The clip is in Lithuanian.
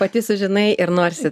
pati sužinai ir norisi